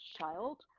child